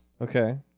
Okay